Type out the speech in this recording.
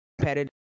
Competitive